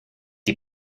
die